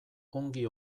ongi